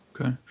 okay